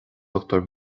bhur